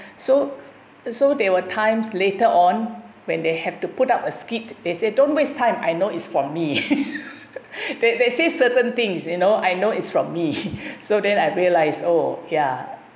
so so they were times later on when they have to put up a skit they said don't waste time I know it's from me they they say certain things you know I know it's from me so then I realise oh ya